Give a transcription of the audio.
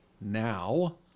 now